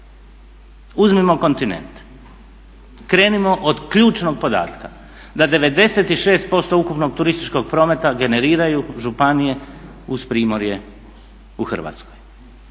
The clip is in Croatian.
Uzmimo kontinent, krenimo od ključnog podatka da 96% ukupnog turističkog prometa generiraju županije uz Primorje u Hrvatskoj.